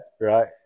right